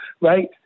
Right